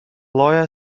lawyer